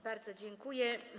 Bardzo dziękuję.